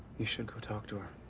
you should go talk to her.